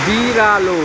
बिरालो